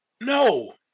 No